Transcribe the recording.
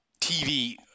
TV